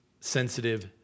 Sensitive